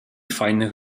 fajnych